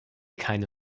keine